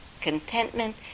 contentment